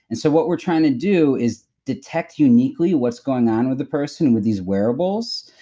and so what we're trying to do is detect uniquely what's going on with the person with these wearables,